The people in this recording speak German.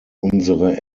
unsere